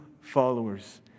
followers